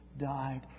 died